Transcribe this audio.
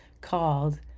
called